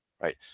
Right